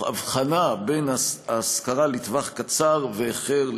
בהבחנה בין השכרה לטווח קצר ובין החכר,